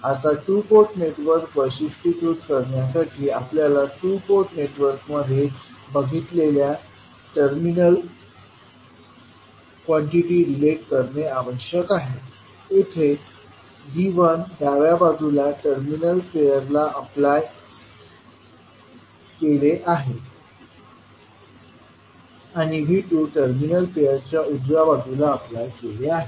आता two port network वैशिष्ट्यीकृत करण्यासाठी आपल्याला टू पोर्ट नेटवर्कमध्ये बघितलेल्या टर्मिनल क्वान्टिटी रिलेट करणे आवश्यक आहे येथे V1डाव्या बाजूच्या टर्मिनल पेयरला अप्लाय केले आहे आणि V2टर्मिनल पेयरच्या उजव्या बाजूला अप्लाय केले आहे